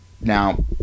Now